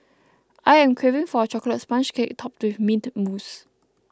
I am craving for a Chocolate Sponge Cake Topped with Mint Mousse